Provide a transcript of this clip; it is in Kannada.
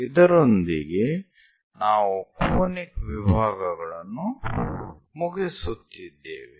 ಇದರೊಂದಿಗೆ ನಾವು ಕೋನಿಕ್ ವಿಭಾಗಗಳನ್ನು ಮುಗಿಸುತ್ತಿದ್ದೇವೆ